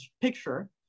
picture